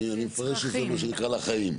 אני מפרש את זה, מה שנקרא, לחיים.